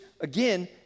again